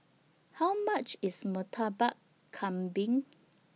How much IS Murtabak Kambing